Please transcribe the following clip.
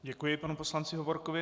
Děkuji panu poslanci Hovorkovi.